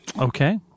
Okay